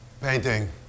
Painting